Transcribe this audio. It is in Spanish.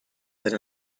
san